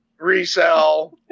Resell